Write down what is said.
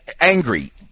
angry